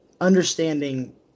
understanding –